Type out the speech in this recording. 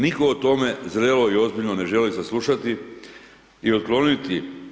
Nitko o tome zrelo i ozbiljno ne želi saslušati i otkloniti.